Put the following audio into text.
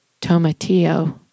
Tomatillo